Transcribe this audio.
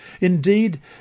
Indeed